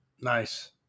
Nice